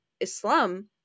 Islam